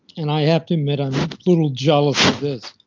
and i have to admit i'm a little jealous of this,